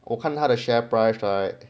我看他的 share price right